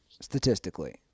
statistically